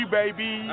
baby